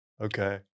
Okay